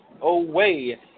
away